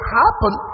happen